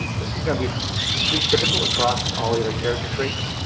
um this is going to be pretty typical across all the other character traits.